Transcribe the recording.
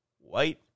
White